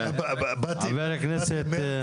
חבר הכנסת,